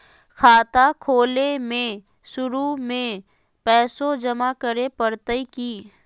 खाता खोले में शुरू में पैसो जमा करे पड़तई की?